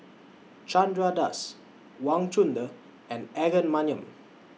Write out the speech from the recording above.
Chandra Das Wang Chunde and Aaron Maniam